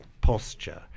posture